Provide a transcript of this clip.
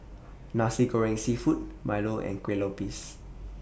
Nasi Goreng Seafood Milo and Kueh Lopes